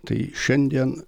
tai šiandien